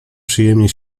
przyjemnie